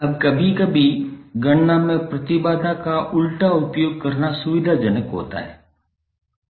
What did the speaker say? अब कभी कभी गणना में प्रतिबाधा का उल्टा उपयोग करना सुविधाजनक होता है